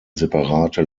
separate